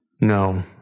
No